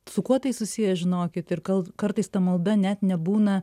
su kuo tai susiję žinokit ir kal kartais ta malda net nebūna